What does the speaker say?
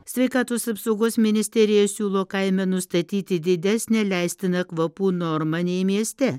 sveikatos apsaugos ministerija siūlo kaime nustatyti didesnę leistiną kvapų normą nei mieste